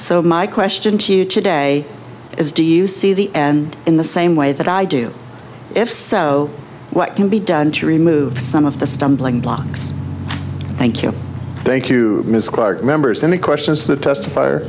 so my question to you today is do you see the end in the same way that i do if so what can be done to remove some of the stumbling blocks thank you thank you ms clarke members and the questions that testify or